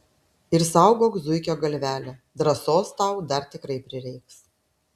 ir saugok zuikio galvelę drąsos tau dar tikrai prireiks